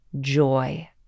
joy